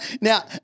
Now